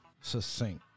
succinct